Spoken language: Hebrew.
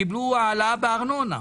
קיבלו העלאה בארנונה.